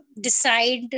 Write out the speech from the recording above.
decide